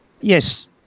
Yes